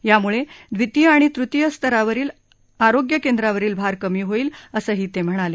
यामुळे द्वितीय आणि तृतीय स्तरावरील आरोग्य केंद्रांवरील भार कमी होईल असंही ते म्हणाले